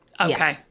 Okay